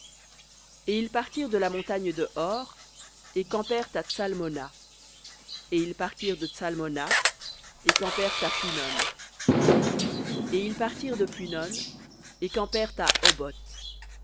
et ils partirent de la montagne de hor et campèrent à psal onna et ils partirent de tsalmona et campèrent à p et ils partirent de punon et campèrent à oboth